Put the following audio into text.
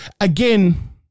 again